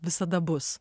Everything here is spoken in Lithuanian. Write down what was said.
visada bus